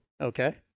Okay